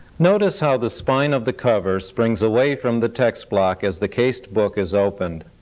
notice how the spine of the cover springs away from the text block as the cased book is opened.